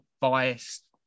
biased